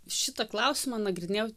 šitą klausimą nagrinėjau